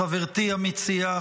חברתי המציעה,